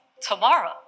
Tomorrow